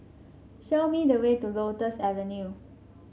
show me the way to Lotus Avenue